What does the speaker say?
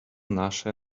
nasze